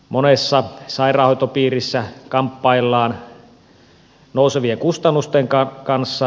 monessa sairaanhoitopiirissä kamppaillaan nousevien kustannusten kanssa